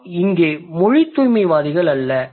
நாம் இங்கே மொழித் தூய்மைவாதிகள் அல்ல